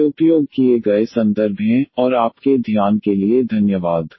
ये उपयोग किए गए संदर्भ हैं और आपके ध्यान के लिए धन्यवाद